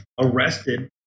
arrested